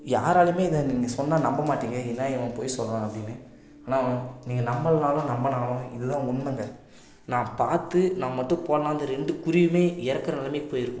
யாராலையுமே இதை நீங்கள் சொன்னால் நம்ப மாட்டீங்க என்னா இவன் பொய் சொல்லுறான் அப்படினு ஆனால் நீங்கள் நம்பலனாலும் நம்பனாலும் இது தான் உண்மைமங்க நான் பார்த்து நான் மட்டும் போகலன்னா அந்த ரெண்டு குருவியுமே இறக்கற நிலமைக்கு போயிருக்கும்